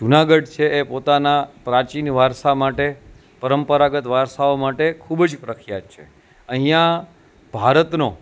જુનાગઢ છે એ પોતાના પ્રાચીન વારસા માટે પરંપરાગત વારસાઓ માટે ખૂબ જ પ્રખ્યાત છે અહીંયાં ભારતનો